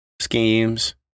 schemes